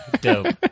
dope